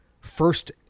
first